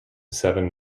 seven